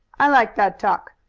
i like that talk.